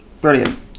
Brilliant